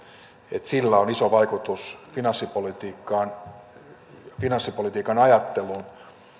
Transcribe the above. että sillä on iso vaikutus finanssipolitiikkaan finanssipolitiikan ajatteluun